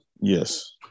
Yes